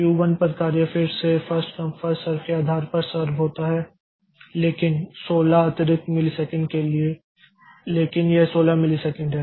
Q 1 पर कार्य फिर से फर्स्ट कम फर्स्ट सर्व के आधार पर सर्व होता है लेकिन 16 अतिरिक्त मिलीसेकंड के लिए लेकिन यह 16 मिलीसेकंड है